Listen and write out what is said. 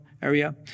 Area